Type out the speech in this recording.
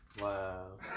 Wow